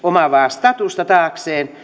statusta taakseen